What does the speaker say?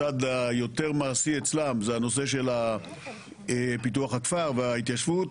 הצד היותר מעשי אצלם זה הנושא של פיתוח הכפר וההתיישבות.